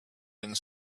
and